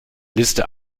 liste